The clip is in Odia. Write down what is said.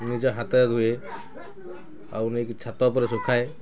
ନିଜ ହାତରେ ଧୁଏ ଆଉ ନେଇକି ଛାତ ଉପରେ ଶୁଖାଏ